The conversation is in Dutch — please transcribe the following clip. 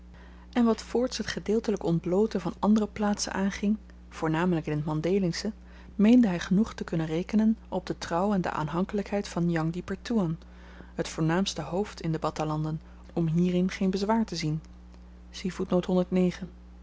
en wat voorts het gedeeltelyk ontblooten van andere plaatsen aanging voornamelyk in t mandhélingsche meende hy genoeg te kunnen rekenen op de trouw en de aanhankelykheid van jang di pertoean t voornaamste hoofd in de battahlanden om hierin geen bezwaar te zien